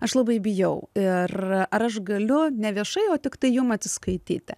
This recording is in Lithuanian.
aš labai bijau ir ar aš galiu ne viešai o tiktai jum atsiskaityti